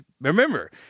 remember